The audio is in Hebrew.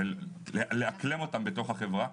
ולאקלם אותן בתוך החברה.